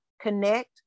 connect